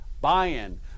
Buy-in